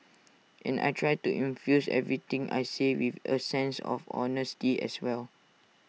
and I try to infuse everything I say with A sense of honesty as well